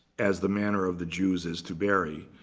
as the manner of the jews is to bury.